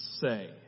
say